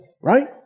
right